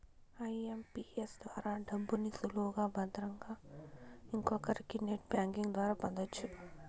IMPS ద్వారా డబ్బుని సులువుగా భద్రంగా ఇంకొకరికి నెట్ బ్యాంకింగ్ ద్వారా పొందొచ్చు